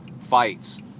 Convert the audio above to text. fights